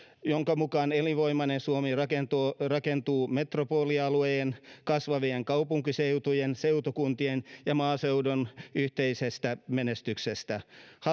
jonka mukaan elinvoimainen suomi rakentuu rakentuu metropolialueen kasvavien kaupunkiseutujen seutukuntien ja maaseudun yhteisestä menestyksestä